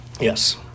Yes